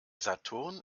saturn